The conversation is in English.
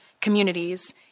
communities